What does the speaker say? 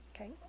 Okay